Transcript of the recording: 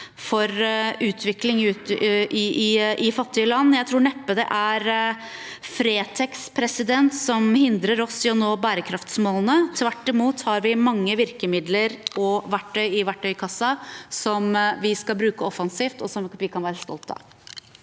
for utvikling i fattige land. Jeg tror neppe det er Fretex som hindrer oss i å nå bærekraftsmålene. Tvert imot har vi mange virkemidler og verktøy i verktøykassen som vi skal bruke offensivt, og som vi kan være stolt av.